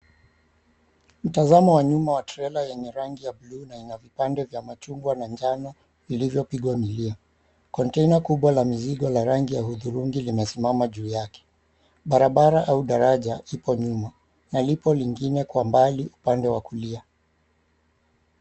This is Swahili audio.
Mtazamo wa nyuma wa trela yenye rangi ya buluu na ina vipande vya machungwa na njano vilivyopigwa milia. Container kubwa la mizigo la rangi ya hudhu𝑟ungi limesimama juu yake. Barabara au daraja ipo nyuma na lipo lingine kwa mbali upande wa kulia.